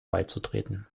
beizutreten